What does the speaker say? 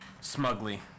smugly